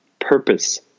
purpose